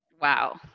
Wow